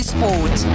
Sport